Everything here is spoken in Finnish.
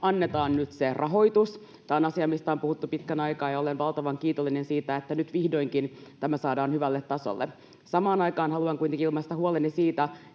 annetaan nyt se rahoitus. Tämä on asia, mistä on puhuttu pitkän aikaa, ja olen valtavan kiitollinen siitä, että nyt vihdoinkin tämä saadaan hyvälle tasolle. Samaan aikaan haluan kuitenkin ilmaista huoleni siitä,